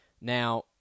Now